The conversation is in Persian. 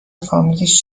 فامیلش